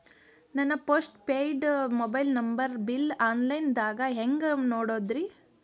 ನನ್ನ postpaid mobile number bill, online ದಾಗ ಹ್ಯಾಂಗ್ ನೋಡೋದ್ರಿ?